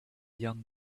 young